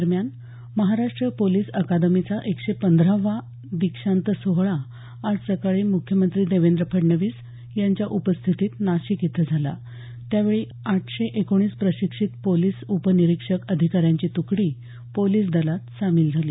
दरम्यान महाराष्ट्र पोलीस अकादमीचा एकशे पंधरावा दीक्षांत सोहळा आज सकाळी म्ख्यमंत्री देवेंद्र फडणवीस यांच्या उपस्थितीत नाशिक इथं झाला यावेळी आठशे एकोणीस प्रशिक्षित पोलिस उप निरिक्षक अधिकाऱ्यांची तुकडी पोलीस दलात सामील झाली